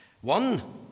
One